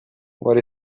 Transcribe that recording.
what